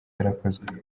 yarakozwe